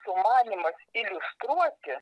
sumanymas iliustruoti